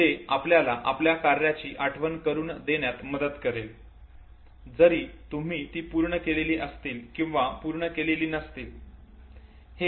जे आपल्याला आपल्या कार्याची आठवण करून देण्यात मदत करेल जरी तुम्ही ती पूर्ण केलेली असतील किंवा पूर्ण केलेली नसतील